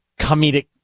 comedic